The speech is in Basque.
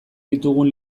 ditugun